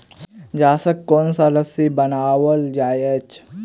गाछक सोन सॅ रस्सी बनाओल जाइत अछि